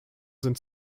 sind